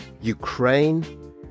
Ukraine